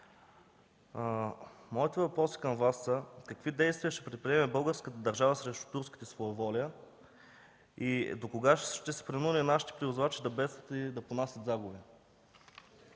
Моите въпроси към Вас са: какви действия ще предприеме българската държава срещу турските своеволия? Докога ще са принудени нашите превозвачи да бедстват и да понасят загуби?